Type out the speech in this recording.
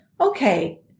okay